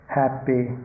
happy